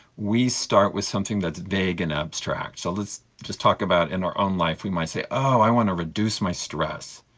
we start with something that's vague and abstract. so let's just talk about in our own life we might say, oh, i want to reduce my stress.